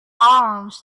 arms